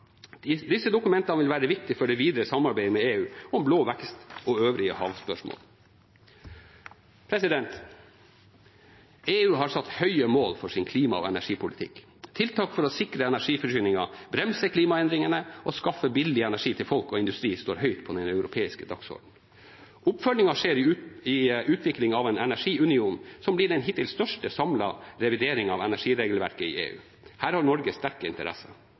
Disse dokumentene vil være viktige for det videre samarbeidet med EU om blå vekst og øvrige havspørsmål. EU har satt høye mål for sin klima- og energipolitikk. Tiltak for å sikre energiforsyningen, bremse klimaendringene og skaffe billig energi til folk og industri står høyt på den europeiske dagsordenen. Oppfølgingen skjer i utviklingen av en energiunion som blir den hittil største samlede revideringen av energiregelverket i EU. Her har Norge sterke interesser.